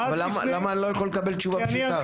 למה אני לא יכול לקבל תשובה פשוטה?